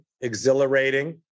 exhilarating